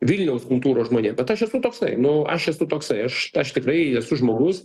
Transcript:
vilniaus kultūros žmonėm bet aš esu toksai nu aš esu toksai aš aš tikrai esu žmogus